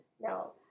no